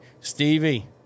stevie